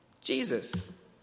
Jesus